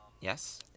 Yes